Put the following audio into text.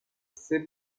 ces